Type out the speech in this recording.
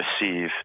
receive